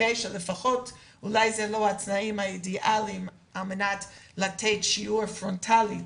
שאולי אלה לא התנאים האידיאליים למתן שיעור פרונטלי,